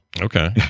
Okay